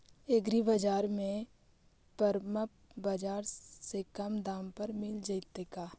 एग्रीबाजार में परमप बाजार से कम दाम पर मिल जैतै का?